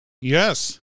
Yes